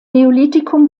neolithikum